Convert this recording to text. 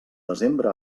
desembre